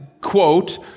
quote